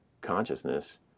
consciousness